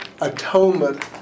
atonement